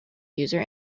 user